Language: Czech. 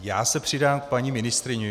Já se přidám k paní ministryni.